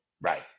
Right